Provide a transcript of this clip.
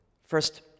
First